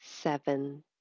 seven